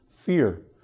fear